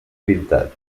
pintat